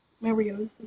Mario